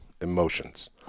emotions